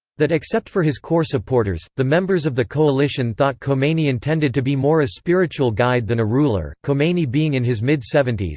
that except for his core supporters, the members of the coalition thought khomeini intended to be more a spiritual guide than a ruler khomeini being in his mid seventy s,